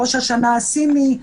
ראש השנה הסיני,